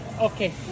okay